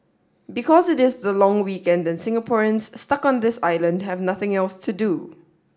because it is the long weekend and Singaporeans stuck on this island have nothing else to do